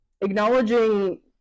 acknowledging